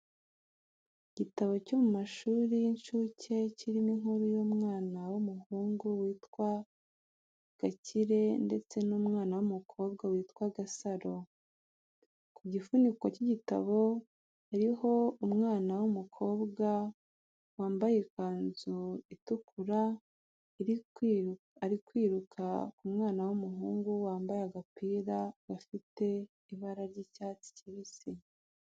Igitabo cyo mu mashurI y'inshuke kirimo inkuru y'umwana w'umuhungu witwa Gakire ndetse n'umwana w'umukobwa witwa Gasaro. Ku gifuniko cy'igitabo hariho umwana w'umukobwa wambaye ikanzu itukura ari kwiruka ku mwana w'umuhungu wambaye agapira gafite ibara ry'icyatsi kibisi.